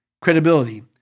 credibility